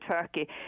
Turkey